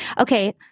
Okay